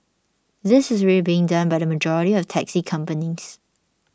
this is already being done by the majority of taxi companies